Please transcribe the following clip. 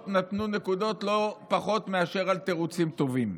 נתנו נקודות לא פחות מאשר על תירוצים טובים.